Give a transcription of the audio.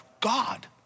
God